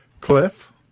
Cliff